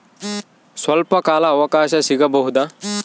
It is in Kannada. ಸ್ವಲ್ಪ ಕಾಲ ಅವಕಾಶ ಸಿಗಬಹುದಾ?